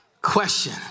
Question